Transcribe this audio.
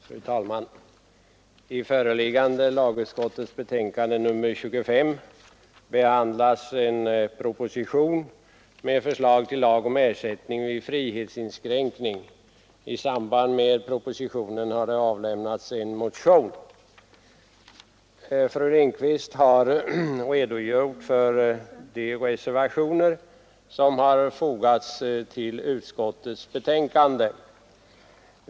Fru talman! I det föreliggande betänkandet nr 25 från lagutskottet behandlas en proposition med förslag till lag om ersättning vid frihetsinskränkning. I anslutning till propositionen har det väckts en motion. Fru Lindquist har redogjort för de reservationer som fogats till utskottets betänkande.